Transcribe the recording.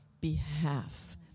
behalf